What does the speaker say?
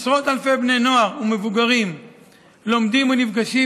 עשרות אלפי בני נוער ומבוגרים לומדים ונפגשים